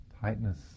tightness